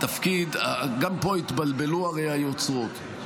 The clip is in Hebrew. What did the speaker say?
תפקיד, גם פה הרי התבלבלו היוצרות.